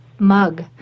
mug